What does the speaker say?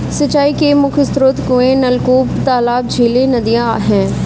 सिंचाई के मुख्य स्रोत कुएँ, नलकूप, तालाब, झीलें, नदियाँ हैं